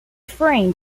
frame